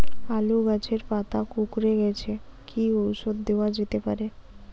আলু গাছের পাতা কুকরে গেছে কি ঔষধ দেওয়া যেতে পারে?